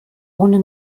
ohne